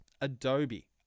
Adobe